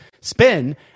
spin